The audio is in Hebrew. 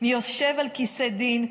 // מי יושב על כיסא דין?